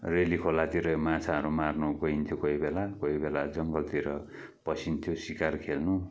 रेली खोलातिर माछाहरू मार्नु गइन्थ्यो कोहीबेला कोहीबेला जङ्गलतिर पसिन्थ्यो सिकार खेल्नु